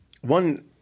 one